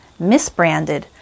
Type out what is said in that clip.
misbranded